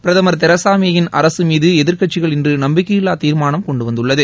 பிரதம் Theresa May யின் அரசு மீது எதிர்க்கட்சிகள் இன்று நம்பிக்கை இல்லா தீர்மானம் கொண்டு வந்துள்ளது